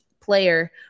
player